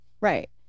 right